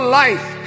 life